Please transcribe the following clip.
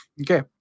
Okay